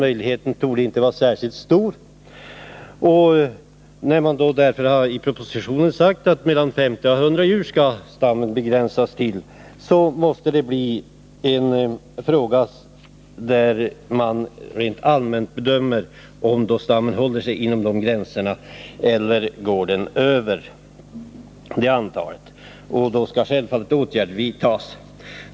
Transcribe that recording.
Propositionen säger att stammen skall begränsas till mellan 50 och 100 djur. Det måste då bli fråga om en allmän bedömning av stammens storlek. Om man bedömer att den inte håller sig inom dessa gränser, skall självfallet åtgärder vidtas.